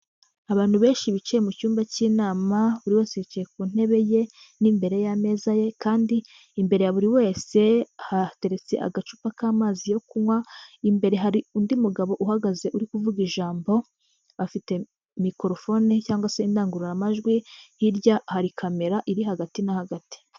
Abantu benshi bicaye mu cyumba cy'inama, buri wese yicaye ku ntebe ye n'imbere y'ameza ye kandi imbere ya buri wese hateretse agacupa k'amazi yo kunywa, imbere hari undi mugabo uhagaze uri kuvuga ijambo, afite mikorofone cyangwa se indangururamajwi, hirya hari kamera iri hagati na hagati.